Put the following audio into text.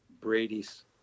Brady's